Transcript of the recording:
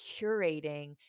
curating